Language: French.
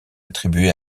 attribués